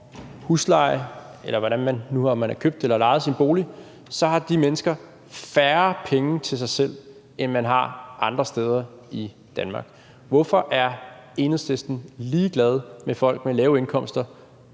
huslejen – hvad enten man nu har købt eller lejet sin bolig – har de mennesker færre penge til dem selv, end de har andre steder i Danmark. Hvorfor er Enhedslisten ligeglad med folk med lave indkomster,